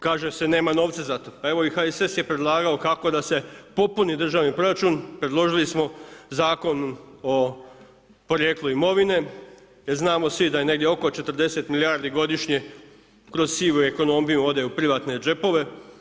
Kaže se nema novca za to, pa evo i HSS je predlagao kako da se popuni državni proračun, predložili smo Zakon o porijeklu imovinu, jer znamo svi da je negdje oko 40 milijardi godišnje, kroz sivu ekonomiju ode u privatne džepove.